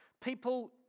People